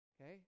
Okay